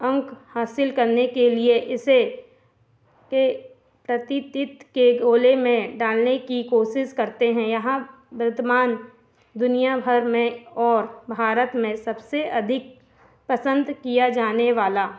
अंक हासिल करने के लिए इसे के प्रतितित के गोले में डालने की कोशिश करते हैं यह वर्तमान दुनियाभर में और भारत में सबसे अधिक पसन्द किया जाने वाले